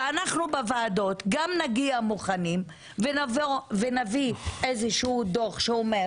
ואנחנו בוועדות גם נגיע מוכנים ונביא איזשהו דוח שאומר